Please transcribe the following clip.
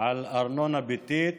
על ארנונה ביתית